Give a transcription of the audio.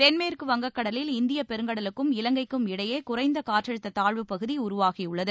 தென்மேற்கு வங்கக்கடலில் இந்திய பெருங்கடலுக்கும் இலங்கைக்கும் இடையே குறைந்த காற்றழுத்த தாழ்வுபகுதி உருவாகியுள்ளது